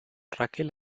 raquel